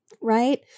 Right